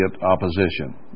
opposition